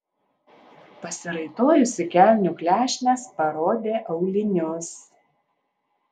pasiraitojusi kelnių klešnes parodė aulinius